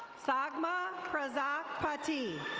sagma prazat patee.